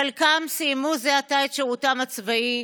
חלקם סיימו זה עתה את שירותם הצבאי,